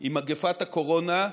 עם מגפת הקורונה,